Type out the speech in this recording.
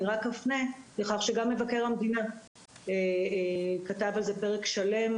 אני רק אפנה לכך שגם מבקר המדינה כתב על כך פרק שלם,